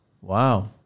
Wow